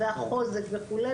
והחוזק וכולי,